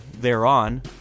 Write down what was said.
thereon